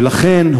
ולכן,